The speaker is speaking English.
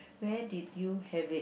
where did you have it